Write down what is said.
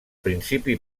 principi